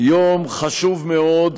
יום חשוב מאוד,